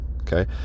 Okay